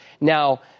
Now